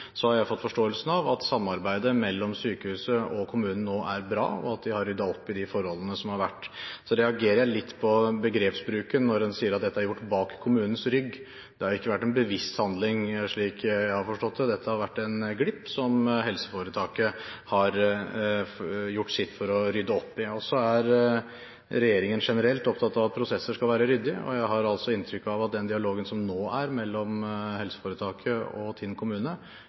har jeg fått forståelsen av at samarbeidet mellom sykehuset og kommunen nå er bra, og at de har ryddet opp i de forholdene som har vært. Så reagerer jeg litt på begrepsbruken når en sier at dette er gjort bak kommunens rygg. Det har ikke vært en bevisst handling slik jeg har forstått det. Dette har vært en glipp som helseforetaket har gjort sitt for å rydde opp i. Så er regjeringen generelt opptatt av at prosesser skal være ryddige, og jeg har inntrykk av at den dialogen som nå er mellom helseforetaket og Tinn kommune,